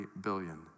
billion